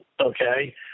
Okay